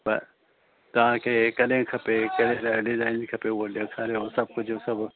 पर तव्हांखे कॾहिं खपे कहिड़े ज डिज़ाइन जी खपे उहो ॾेखारियो सभु कुझु सभु